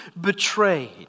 betrayed